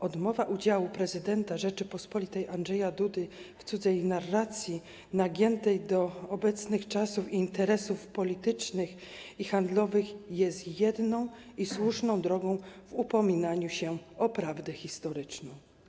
Odmowa udziału prezydenta Rzeczypospolitej Andrzeja Dudy w cudzej narracji nagiętej do obecnych czasów i interesów politycznych i handlowych jest jedyną i słuszną drogą, jeśli chodzi o upominanie się o prawdę historyczną.